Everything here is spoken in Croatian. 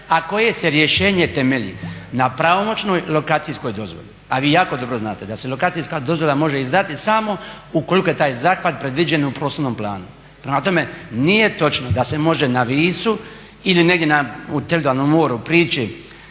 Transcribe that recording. a koje se rješenje temelje na pravomoćnoj lokacijskoj dozvoli, a vi jako dobro znate da se lokacijska dozvola može izdati samo ukoliko je taj zahvat predviđen u prostornom planu. Prema tome, nije točno da se može na Visu ili negdje u teritorijalnom moru prići